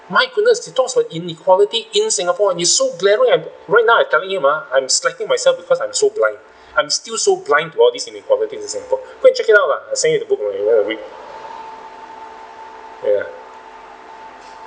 my goodness he talks about inequality in singapore and he's so clever and right now I'm telling him ah I'm slapping myself because I'm so blind I'm still so blind about these inequalities in singapore go and check it out lah I send you the book when you want to read ya